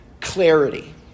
clarity